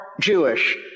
Jewish